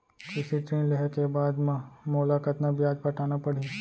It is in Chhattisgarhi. कृषि ऋण लेहे के बाद म मोला कतना ब्याज पटाना पड़ही?